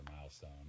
milestone